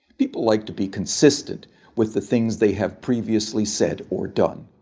people like to be consistent with the things they have previously said or done.